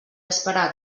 esperar